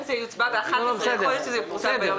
יוצבע באחת עשרה, יכול להיות שזה יוצבע יום